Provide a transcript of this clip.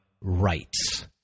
rights